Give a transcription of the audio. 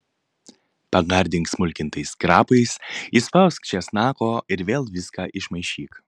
pagardink smulkintais krapais įspausk česnako ir vėl viską išmaišyk